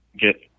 get